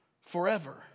forever